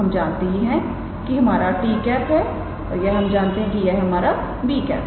तो हम जानते हैं कि हमारा 𝑡̂ है और हम जानते हैं हमारा 𝑏̂ है